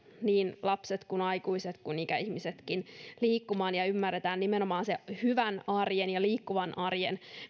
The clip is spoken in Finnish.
niin lapset aikuiset kuin ikäihmisetkin liikkumaan ja ymmärrämme nimenomaan hyvän arjen ja liikkuvan arjen